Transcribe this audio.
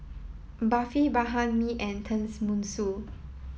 Barfi Banh Mi and Tenmusu